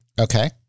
Okay